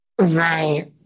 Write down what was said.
Right